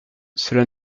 cela